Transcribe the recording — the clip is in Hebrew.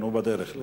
הוא בדרך.